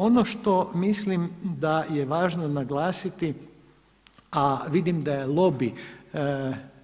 Ono što mislim da je važno naglasiti, a vidim da je lobij